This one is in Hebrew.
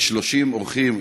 30 אורחים,